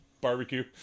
barbecue